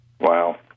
Wow